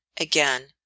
again